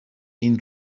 این